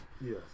Yes